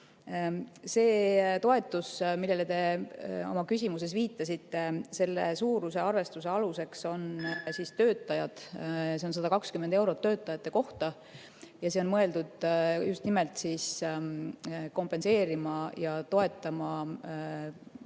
See toetus, millele te oma küsimuses viitasite – selle suuruse arvestuse aluseks on töötajad, see on 120 eurot töötaja kohta. See on mõeldud just nimelt kompenseerima ja toetama neid